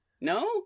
No